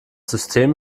system